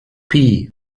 phi